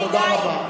תודה רבה.